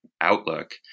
outlook